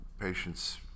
patients